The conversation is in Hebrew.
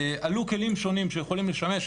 עלו כלים שונים שיכולים לשמש,